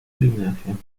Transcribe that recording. iluminación